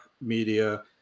media